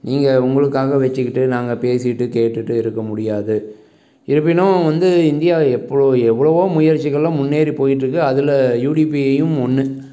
நீங்கள் உங்களுக்காக வெச்சுக்கிட்டு நாங்கள் பேசிகிட்டு கேட்டுட்டு இருக்க முடியாது இருப்பினும் வந்து இந்தியாவை எப்பளோ எவ்வளோவோ முயற்சிகளும் முன்னேறி போயிட்டிருக்கு அதில் யூடிபிஐயையும் ஒன்று